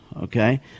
okay